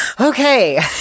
Okay